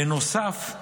בנוסף,